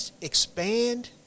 expand